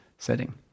Setting